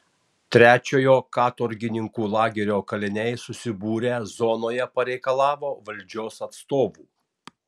trečiojo katorgininkų lagerio kaliniai susibūrę zonoje pareikalavo valdžios atstovų